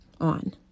on